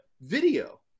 video